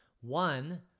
one